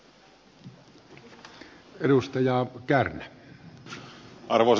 arvoisa puhemies